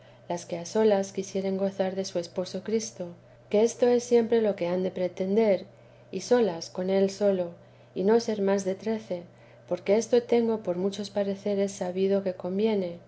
las que a solas quisieren gozar de su esposo cristo que esto es siempre lo que lian de pretender y solas con él sólo y no ser más de trece porque esto tengo por muchos pareceres sabido que conviene